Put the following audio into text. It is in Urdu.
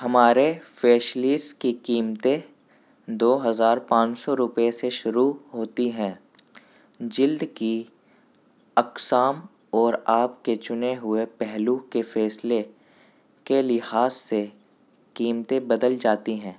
ہمارے فیشلیس کی قیمتیں دو ہزار پانچ سو روپئے سے شروع ہوتی ہیں جلد کی اقسام اور آپ کے چنے ہوئے پہلو کے فیصلے کے لحاظ سے قیمتیں بدل جاتی ہیں